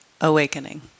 awakening